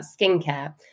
skincare